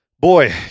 Boy